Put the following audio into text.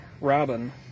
Robin